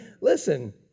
Listen